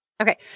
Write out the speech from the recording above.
Okay